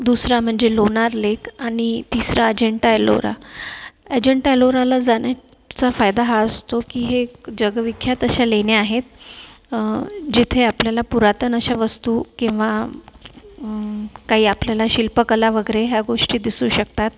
दुसरा म्हणजे लोनार लेक आणि तिसरा अजिंठा अलोरा अजंटा अलोराला जाण्याचा फायदा हा असतो की हे जगविख्यात अशा लेण्या आहेत जेथे आपल्याला पुरातन अशा वस्तू किंवा काही आपल्याला शिल्पकला वगैरे या गोष्टी दिसू शकतात